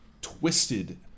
twisted